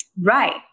Right